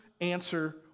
answer